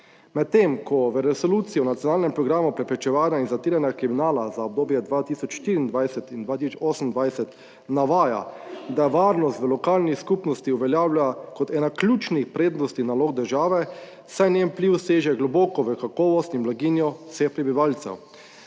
medtem ko v resoluciji o nacionalnem programu preprečevanja in zatiranja kriminala za obdobje 2024 in 2028 navaja, da varnost v lokalni skupnosti uveljavlja kot ena ključnih prednosti nalog države. Saj njen vpliv seže globoko v kakovost in blaginjo vseh prebivalcev.